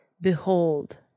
Behold